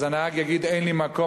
הנהג יגיד: אין לי מקום,